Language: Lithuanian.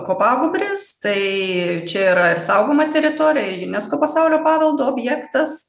kopagūbris tai čia yra ir saugoma teritorija unesco pasaulio paveldo objektas